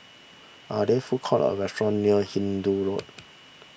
are there food courts or restaurants near Hindoo Road